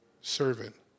servant